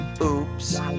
oops